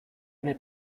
eine